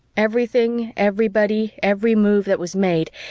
everything, everybody, every move that was made,